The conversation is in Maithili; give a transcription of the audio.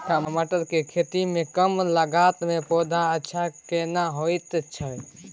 टमाटर के खेती में कम लागत में पौधा अच्छा केना होयत छै?